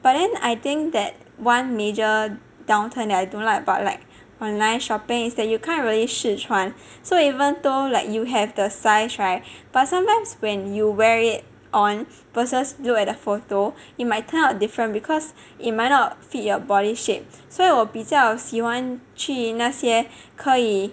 but then I think that one major downturn that I don't like about like online shopping is that you can't really 试穿 so even though like you have the size [right] but sometimes when you wear it on versus look at the photo it might turn out different because it might not fit your body shapes 所以我比较喜欢去那些可以